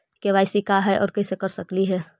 KYC का है, और कैसे कर सकली हे?